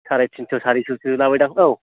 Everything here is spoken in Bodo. सारायथिनस' सारिस'सो लाबायदां औ